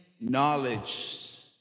knowledge